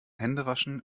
händewaschen